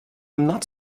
not